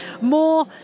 more